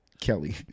Kelly